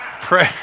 pray